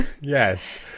Yes